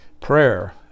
Prayer